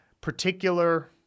particular